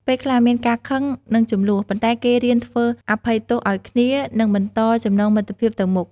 ពេលខ្លះមានការខឹង និងជម្លោះ ប៉ុន្តែគេរៀនធ្វើអភ័យទោសឱ្យគ្នា និងបន្តចំណងមិត្តភាពទៅមុខ។